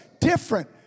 different